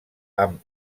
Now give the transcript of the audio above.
amb